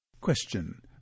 Question